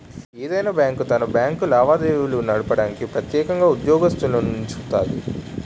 ఏదైనా బ్యాంకు తన బ్యాంకు లావాదేవీలు నడపడానికి ప్రెత్యేకంగా ఉద్యోగత్తులనుంచుతాది